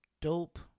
dope